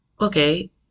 okay